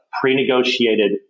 pre-negotiated